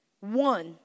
One